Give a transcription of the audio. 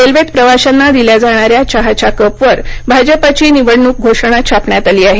रेल्वेत प्रवाशांना दिल्या जाणाऱ्या चहाच्या कपवर भाजपाची निवडणूक घोषणा छापण्यात आली आहे